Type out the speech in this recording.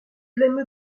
l’aime